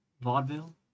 vaudeville